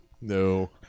No